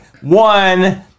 One